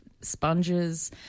sponges